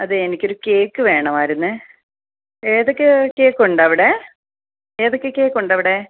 അതേ എനിക്കൊരു കേക്ക് വേണമായിരുന്നേ ഏതൊക്കെ കേക്ക് ഉണ്ട് അവിടെ ഏതൊക്കെ കേക്ക് ഉണ്ട് അവിടെ